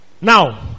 Now